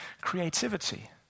creativity